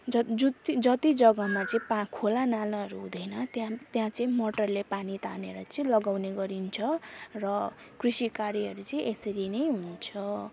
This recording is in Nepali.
झन् जुति जति जग्गामा चाहिँ पा खोला नालाहरू हुँदैन त्यहाँ त्यहाँ चाहिँ मोटरले पानी तानेर चाहिँ लगाउने गरिन्छ र कृषि कार्यहरू चाहिँ यसरी नै हुन्छ